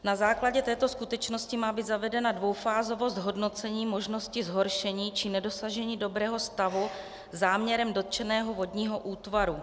Na základě této skutečnosti má být zavedena dvoufázovost hodnocení možnosti zhoršení či nedosažení dobrého stavu záměrem dotčeného vodního útvaru.